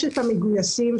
ישנם המגויסים,